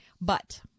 But-